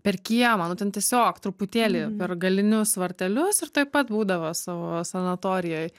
per kiemą nu ten tiesiog truputėlį per galinius vartelius ir tuoj pat būdavo savo sanatorijoj